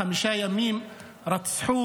חמישה ימים רצחו